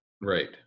Right